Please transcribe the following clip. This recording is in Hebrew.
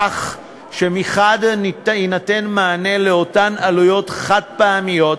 כך שמחד יינתן מענה לאותן עלויות חד-פעמיות